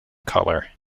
colour